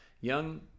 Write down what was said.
young